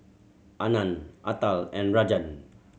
Anand Atal and Rajan